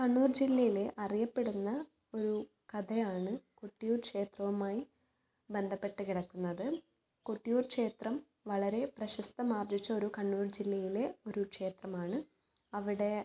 കണ്ണൂർ ജില്ലയിലെ അറിയപ്പെടുന്ന ഒരു കഥയാണ് കൊട്ടിയൂർ ക്ഷേത്രവുമായി ബന്ധപ്പെട്ട് കിടക്കുന്നത് കൊട്ടിയൂർ ക്ഷേത്രം വളരെ പ്രശസ്തമാർജ്ജിച്ചൊരു കണ്ണൂർ ജില്ലയിലെ ഒരു ക്ഷേത്രമാണ് അവിടെ